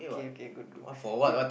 okay okay good good okay